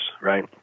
right